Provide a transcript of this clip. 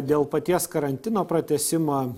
dėl paties karantino pratęsimo